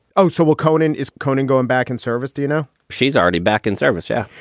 oh. so we'll. conan, is kohnen going back in service? do you know she's already back in service? yeah.